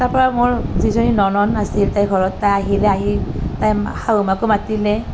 তাৰ পৰা মোৰ যিজনী ননদ আছিল তাই ঘৰত তাই আহিল আহি তাই শাহুমাকো মাতিলে